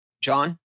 John